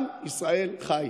עם ישראל חי.